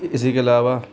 इस के अलावा